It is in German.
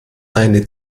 eine